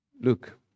look